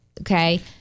okay